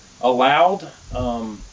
allowed